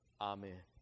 Amen